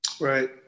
Right